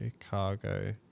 Chicago